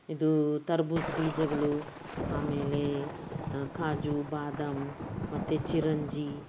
ಇದು ಖರಬೂಜ ಬೀಜಗಳು ಆಮೇಲೆ ಕಾಜು ಬಾದಾಮಿ ಮತ್ತೆ ಚಿರಂಜಿ